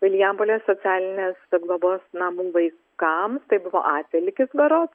vilijampolės socialinės globos namų vaikams tai buvo atvelykis berods